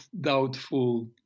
doubtful